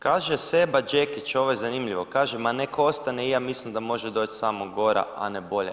Kaže Seba Đekić, ovo je zanimljivo, kaže ma nek ostane, ja mislim da može doći samo gora, a ne bolja.